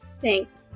Thanks